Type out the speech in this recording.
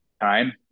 time